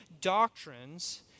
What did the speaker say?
doctrines